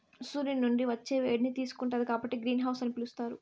సూర్యుని నుండి వచ్చే వేడిని తీసుకుంటాది కాబట్టి గ్రీన్ హౌస్ అని పిలుత్తారు